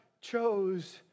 chose